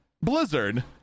Blizzard